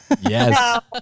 Yes